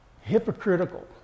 hypocritical